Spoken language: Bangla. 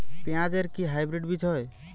পেঁয়াজ এর কি হাইব্রিড বীজ হয়?